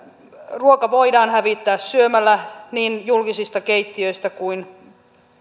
ruoka voidaan hävittää syömällä niin julkisista keittiöistä kuin